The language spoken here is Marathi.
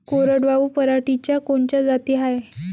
कोरडवाहू पराटीच्या कोनच्या जाती हाये?